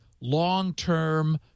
long-term